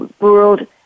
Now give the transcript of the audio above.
world